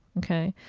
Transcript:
ok?